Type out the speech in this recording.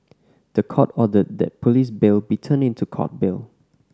the Court ordered that police bail be turned into Court bail